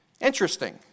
interesting